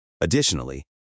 Additionally